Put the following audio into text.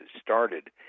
started